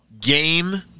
game